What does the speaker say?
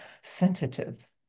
sensitive